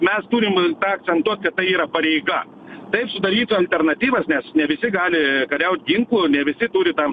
mes turim tą akcentuot kad tai yra pareiga taip sudaryti alternatyvas nes ne visi gali kariaut ginklu ne visi turi tam